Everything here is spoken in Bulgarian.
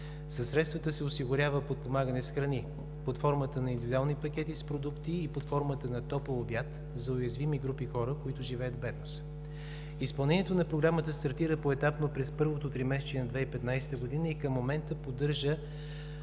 средствата се осигурява подпомагане с храни под формата на индивидуални пакети с продукти и под формата на топъл обяд за уязвими групи хора, които живеят в бедност. Изпълнението на Програмата стартира поетапно през първото тримесечие на 2015 г. и към момента поддържа